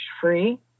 free